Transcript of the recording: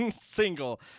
single